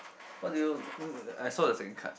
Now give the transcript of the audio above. what do you I saw the second card